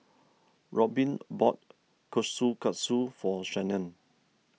Robbin bought Kushikatsu for Shannen